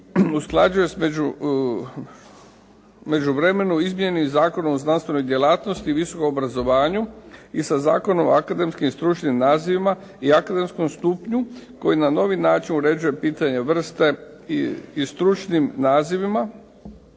usklađuje u međuvremenu izmjeni i Zakonu o znanstvenoj djelatnosti i visokom obrazovanju i sa Zakonom o akademskim i stručnim nazivima i akademskom stupnju koji na novi način uređuje pitanje vrste i stručnim nazivima